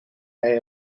hij